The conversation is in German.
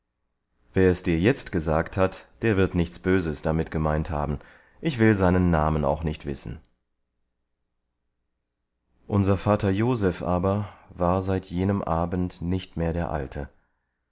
wer dir es jetzt gesagt hat der wird nichts böses damit gemeint haben ich will seinen namen auch nicht wissen unser vater joseph aber war seit jenem abend nicht mehr der alte